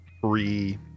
three